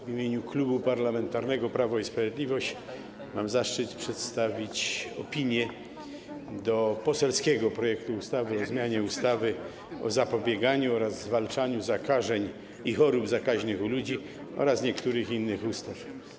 W imieniu Klubu Parlamentarnego Prawo i Sprawiedliwość mam zaszczyt przedstawić opinię dotyczącą poselskiego projektu ustawy o zmianie ustawy o zapobieganiu oraz zwalczaniu zakażeń i chorób zakaźnych u ludzi oraz niektórych innych ustaw.